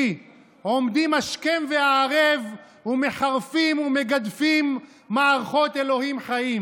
עומדים השכם והערב ומחרפים ומגדפים מערכות אלוקים חיים?